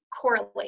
correlate